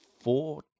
four